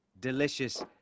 delicious